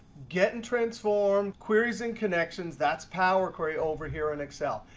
get and transform, queries and connections, that's power query over here in excel.